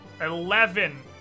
eleven